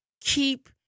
Keep